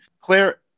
Claire